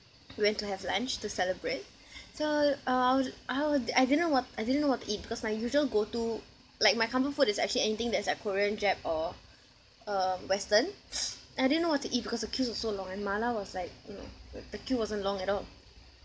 we went to have lunch to celebrate so uh I was I was I didn't know what I didn't know what to eat because my usual go-to like my comfort food is actually anything that's like korean jap or uh western and I didn't know what to eat because the queues were so long and mala was like you know the queue wasn't long at all